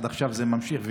עד עכשיו זה ממשיך,